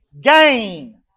Gain